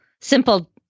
simple